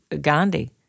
Gandhi